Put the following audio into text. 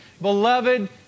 beloved